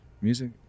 music